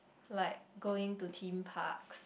like going to theme parks